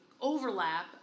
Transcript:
overlap